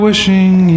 Wishing